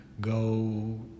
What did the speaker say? go